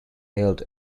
held